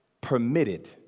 permitted